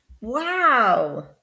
Wow